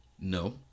No